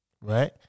Right